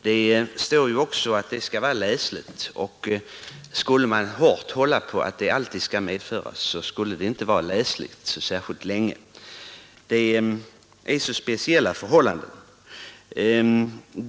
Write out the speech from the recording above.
Det föreskrivs också att det skall vara läsligt, skulle man hålla hårt på att det alltid skall medföras skulle det inte vara läsligt särskilt länge. Traktorförarna arbetar under mycket speciella förhållanden.